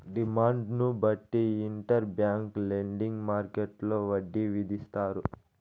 డిమాండ్ను బట్టి inter bank lending మార్కెట్టులో వడ్డీ విధిస్తారు